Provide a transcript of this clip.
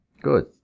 Good